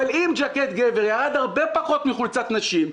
אבל אם ג'קט לגבר מחירו ירד הרבה פחות מחולצת נשים,